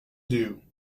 due